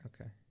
Okay